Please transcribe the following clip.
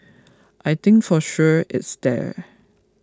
I think for sure it's there